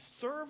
serve